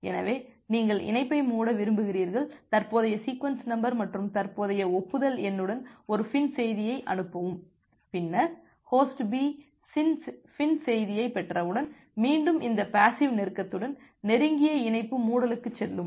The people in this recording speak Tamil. எனவே நீங்கள் இணைப்பை மூட விரும்புகிறீர்கள் தற்போதைய சீக்வென்ஸ் நம்பர் மற்றும் தற்போதைய ஒப்புதல் எண்ணுடன் ஒரு FIN செய்தியை அனுப்பவும் பின்னர் ஹோஸ்ட் B FIN செய்தியைப் பெற்றவுடன் மீண்டும் இந்த பேசிவ் நெருக்கத்துடன் நெருங்கிய இணைப்பு மூடலுக்குச் செல்லும்